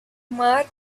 mark